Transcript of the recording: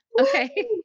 Okay